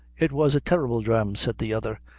it was a terrible drame, said the other,